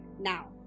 Now